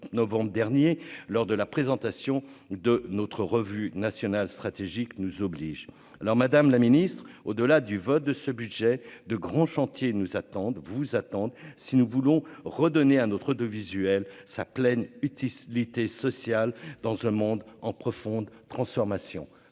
novembre dernier lors de la présentation de notre revue nationale stratégique nous oblige alors Madame la Ministre, au-delà du vote de ce budget de grands chantiers nous attendent, vous attendent si nous voulons redonner à notre de visuel sa pleine utilité sociale dans un monde en profonde transformation,